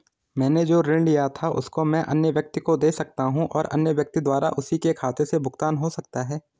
मैंने जो ऋण लिया था उसको मैं अन्य व्यक्ति को दें सकता हूँ और अन्य व्यक्ति द्वारा उसी के खाते से भुगतान हो सकता है?